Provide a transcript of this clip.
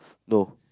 no